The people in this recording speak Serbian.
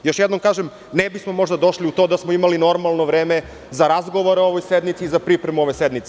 Još jednom kažem, ne bismo možda došli u to da smo imali normalno vreme za razgovore o ovoj sednici i za pripremu ove sednice.